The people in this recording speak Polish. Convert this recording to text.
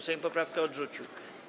Sejm poprawkę odrzucił.